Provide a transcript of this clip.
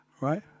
right